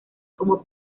como